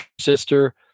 Sister